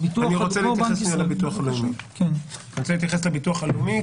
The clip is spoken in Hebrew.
אני רוצה להתייחס לביטוח הלאומי,